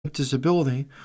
disability